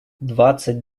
двадцать